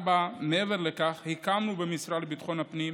מעבר לכך, הקמנו במשרד לביטחון הפנים,